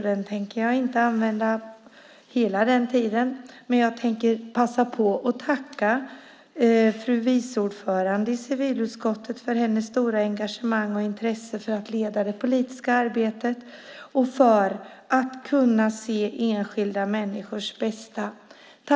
Jag tänker inte använda hela den tiden, men jag tänker passa på och tacka fru vice ordförande i civilutskottet för hennes stora engagemang och intresse för att leda det politiska arbetet och för att kunna se enskilda människors bästa.